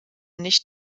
nicht